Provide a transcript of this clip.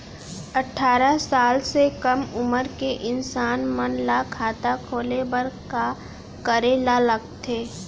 अट्ठारह साल से कम उमर के इंसान मन ला खाता खोले बर का करे ला लगथे?